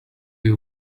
you